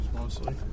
mostly